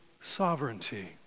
sovereignty